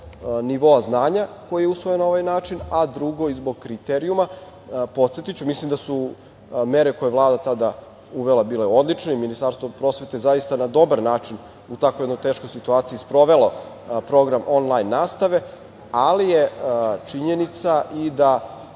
nivoa znanja koji je usvojen na ovaj način, a drugo i zbog kriterijuma. Podsetiću, mislim da su mere koje je Vlada tada uvela bile odlične i Ministarstvo prosvete zaista na dobar način, u takvoj jednoj teškoj situaciji, sprovelo program onlajn nastave, ali je činjenica i da